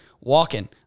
Walking